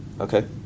okay